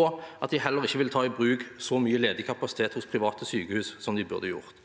og at de heller ikke vil ta i bruk så mye ledig kapasitet hos private sykehus som de burde gjøre.